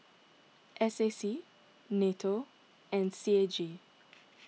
S A C Nato and C A G